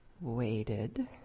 waited